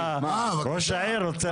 ראש העיר רוצה לענות.